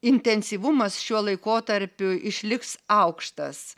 intensyvumas šiuo laikotarpiu išliks aukštas